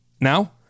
Now